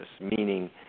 meaning